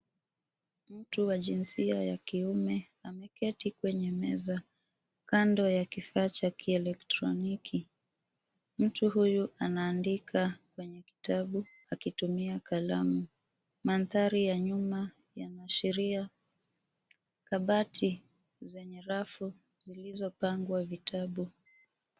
Mtu wa jinsia ya kiume ameketi kwenye meza kando ya kifaa cha kieletroniki. Mtu huyu anaandika kwenye kitabu akitumia kalamu. Mandhari ya nyuma yanaashiria kabati zenye rafu zilizopangwa vitabu.